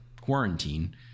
quarantine